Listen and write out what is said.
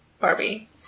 Barbie